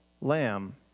lamb